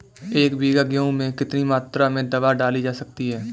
एक बीघा गेहूँ में कितनी मात्रा में दवा डाली जा सकती है?